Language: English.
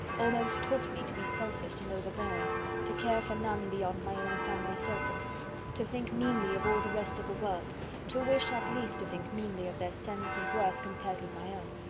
almost taught me to be selfish and overbearing to care for none beyond my own family circle to think meanly of all the rest of the world to wish at least to think meanly of their sense and worth compared with my own.